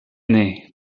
naine